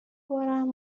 بارم